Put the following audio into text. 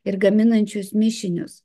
ir gaminančius mišinius